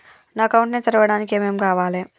నా అకౌంట్ ని తెరవడానికి ఏం ఏం కావాలే?